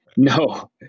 No